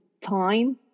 time